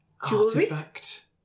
Artifact